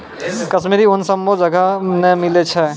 कश्मीरी ऊन सभ्भे जगह नै मिलै छै